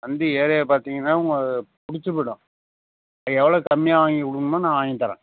வந்து ஏரியாவை பார்த்தீங்கன்னா உங்களுக்கு பிடிச்சிப் போய்டும் எவ்வளோ கம்மியாக வாங்கிக் கொடுக்க முடியுமோ நான் வாங்கித் தர்றேன்